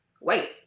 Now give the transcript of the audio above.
wait